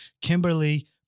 Kimberly